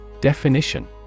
Definition